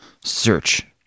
search